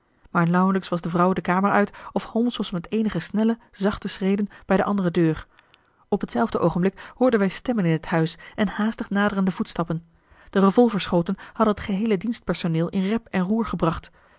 maar nauwelijks was de vrouw de kamer uit of holmes was met eenige snelle zachte schreden bij de andere deur op hetzelfde oogenblik hoorden wij stemmen in het huis en haastig naderende voetstappen de revolverschoten hadden het geheele dienstpersoneel in rep en roer gebracht